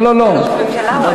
לא, לא.